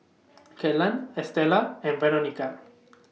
Kellan Estella and Veronica